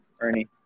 Ernie